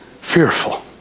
fearful